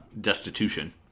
destitution